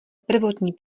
prvotní